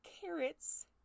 Carrots